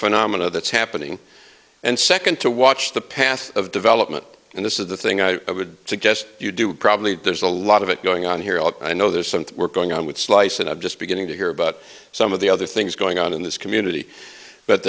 phenomena that's happening and second to watch the path of development and this is the thing i would suggest you do probably there's a lot of it going on here although i know there's something we're going on with slice and i'm just beginning to hear about some of the other things going on in this community but